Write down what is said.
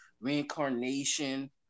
reincarnation